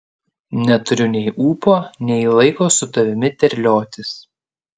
neturiu nei ūpo nei laiko su tavimi terliotis